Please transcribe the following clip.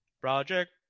project